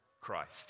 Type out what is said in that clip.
Christ